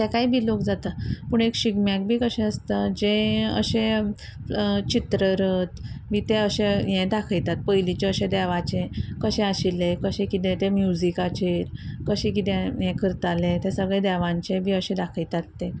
तें तेकाय बी लोक जाता पूण एक शिगम्याक बी कशें आसता जें अशें चित्ररथ बी तें अशें हें दाखयतात पयलींचे अशें देवाचें कशें आशिल्लें कशें किदें तें म्युजिकाचेर कशें किदें हें करताले ते सगळे देवांचे बी अशे दाखयतात ते